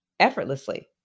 effortlessly